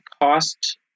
cost